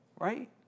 right